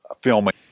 filming